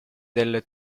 del